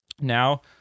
now